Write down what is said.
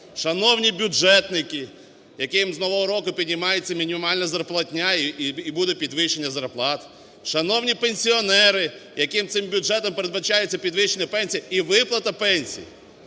Шановні бюджетники, яким з нового року піднімається мінімальна зарплатня і буде підвищення зарплат! Шановні пенсіонери, яким цим бюджетом передбачається підвищення пенсій і виплата пенсій!